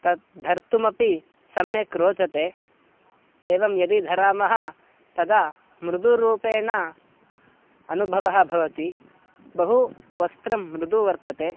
तत् धर्तुमपि सम्यक् रोचते एवं यदि धरामः तदा मृदुरूपेण अनुभवः भवति बहु वस्त्रं मृदु वर्तते